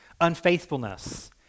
unfaithfulness